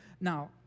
Now